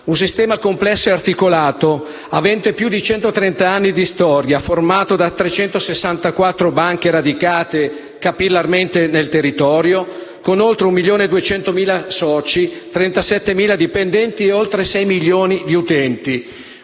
un sistema complesso e articolato, avente più di centotrenta anni di storia, formato da 364 banche radicate capillarmente nel territorio, con oltre 1,2 milioni di soci, 37.000 dipendenti e oltre 6 milioni di utenti;